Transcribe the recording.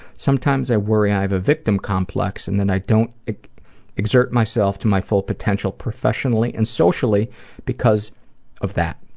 sometimes i worry i have a victim complex and that i don't exert myself to my full potential professionally and socially because of that.